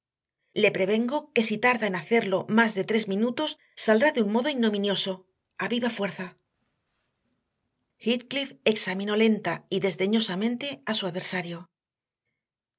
le prevengo que si tarda en hacerlo más de tres minutos saldrá de un modo ignominioso a viva fuerza heathcliff examinó lenta y desdeñosamente a su adversario